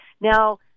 Now